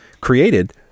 created